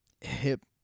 hip